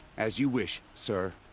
as you wish, sir!